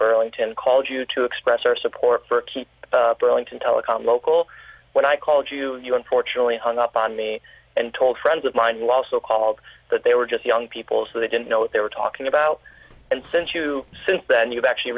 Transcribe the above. burlington called you to express our support for keep going to telecom local when i called you you unfortunately hung up on me and told friends of mine will also call but they were just young people so they didn't know what they were talking about and since you since then you've actually